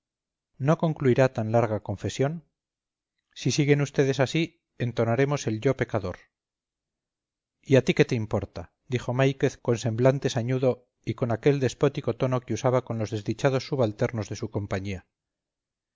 no concluirá tan larga confesión si siguen ustedes así entonaremos el yo pecador y a ti qué te importa dijo máiquez con semblante sañudo y con aquel despótico tono que usaba con los desdichados subalternos de su compañía